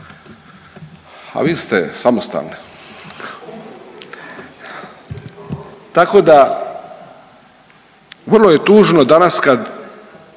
A vi ste samostalni. Tako da vrlo je tužno danas kada